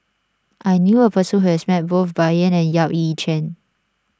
I knew a person who has met both Bai Yan and Yap Ee Chian